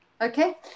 Okay